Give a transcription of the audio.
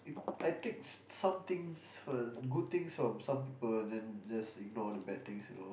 I think some things first good things form some people then ignore the bad things you know